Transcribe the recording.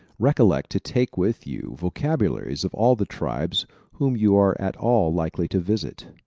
recollect to take with you vocabularies of all the tribes whom you are at all likely to visit.